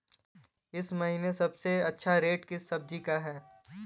इस महीने सबसे अच्छा रेट किस सब्जी का है?